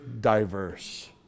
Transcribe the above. diverse